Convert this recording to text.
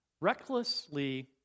Recklessly